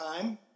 time